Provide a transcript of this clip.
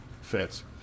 fits